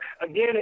Again